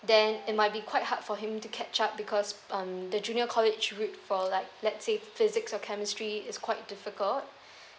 then it might be quite hard for him to catch up because um the junior college route for like let's say physics or chemistry is quite difficult